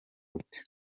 ute